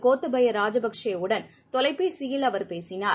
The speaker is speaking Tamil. கோத்தபயராஜபக்சேவுடன் தொலைபேசியில் அவர் பேசினார்